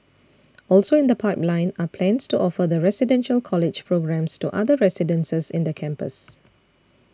also in the pipeline are plans to offer the Residential College programmes to other residences in the campus